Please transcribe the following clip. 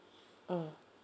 mm